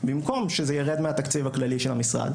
במקום שזה ירד מהתקציב הכללי של המשרד,